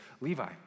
Levi